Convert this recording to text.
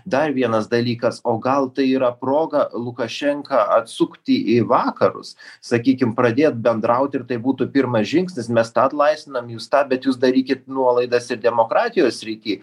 dar vienas dalykas o gal tai yra proga lukašenką atsukti į vakarus sakykim pradėt bendraut ir tai būtų pirmas žingsnis mes tą atlaisvinam jūs tą bet jūs darykit nuolaidas ir demokratijos srity